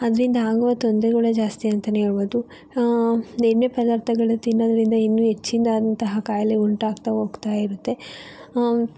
ಅದರಿಂದ ಆಗುವ ತೊಂದರೆಗಳೇ ಜಾಸ್ತಿ ಅಂತಲೇ ಹೇಳ್ಬೋದು ಎಣ್ಣೆ ಪದಾರ್ಥಗಳು ತಿನ್ನೋದ್ರಿಂದ ಇನ್ನೂ ಹೆಚ್ಚಿನದಾದಂತಹ ಖಾಯಿಲೆ ಉಂಟಾಗ್ತಾ ಹೋಗ್ತಾಯಿರುತ್ತೆ